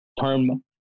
term